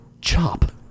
chop